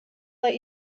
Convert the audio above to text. let